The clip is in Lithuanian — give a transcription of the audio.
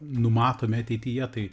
numatome ateityje tai